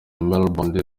melbourne